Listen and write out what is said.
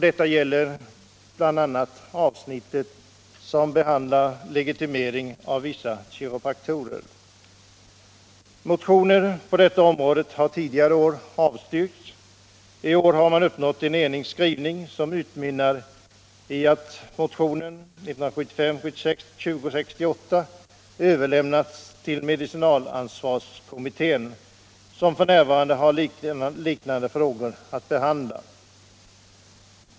Det gäller bl.a. avsnittet som behandlar legitimering av vissa kiropraktorer. Motioner på detta område har tidigare avstyrkts. I år har man i utskottet uppnått en enig skrivning som utmynnar i hemställan att motionen 1975/76:2068 överlämnas till medicinalansvarskommittén, som f.n. har liknande frågor att behandla.